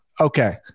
Okay